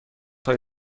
هایی